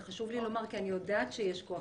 זה חשוב לי לומר כי אני יודעת שיש כוח